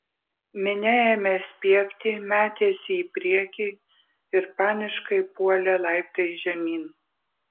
minia ėmė spiegti metėsi į priekį ir paniškai puolė laiptais žemyn